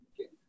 okay